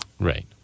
Right